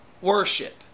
worship